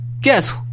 guess